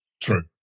True